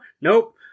Nope